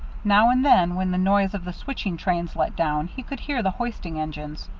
now and then, when the noise of the switching trains let down, he could hear the hoisting engines.